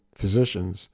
physicians